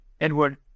Edward